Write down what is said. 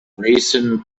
recent